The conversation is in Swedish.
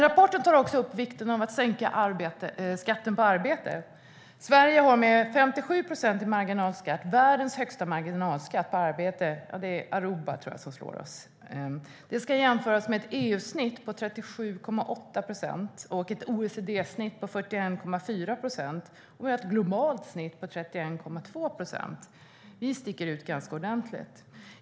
Rapporten tar upp vikten av att sänka skatten på arbete. Sverige har med 57 procent i marginalskatt världens högsta marginalskatt på arbete. Det är bara Aruba som slår oss. Det ska jämföras med ett EU-snitt på 37,8 procent, ett OECD-snitt på 41,4 procent och ett globalt snitt på 31,2 procent. Vi sticker ut ganska ordentligt.